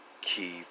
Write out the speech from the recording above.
Keep